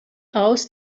aus